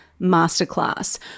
Masterclass